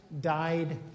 died